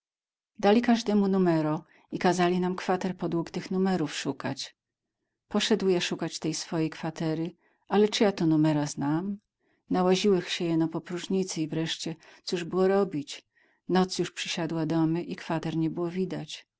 dali każdemu numero i kazali nam kwater podług tych numerów szukać poszedł ja szukać tej swojej kwatery ale czy ja to numera znam nałaziłech sie jeno po próżnicy i wreszcie coż było robić noc już przysiadła domy i kwater nie było widać